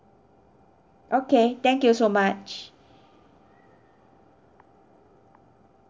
okay thank you so much